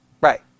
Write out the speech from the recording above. Right